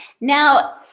Now